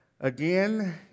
again